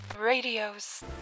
Radios